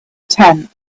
tenth